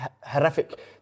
horrific